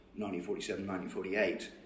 1947-1948